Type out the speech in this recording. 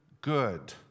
good